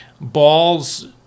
balls